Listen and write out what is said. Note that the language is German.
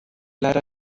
leider